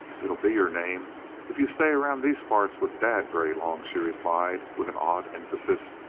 it'll be your name if you stay around these parts with dad very long, she replied, with an odd emphasis.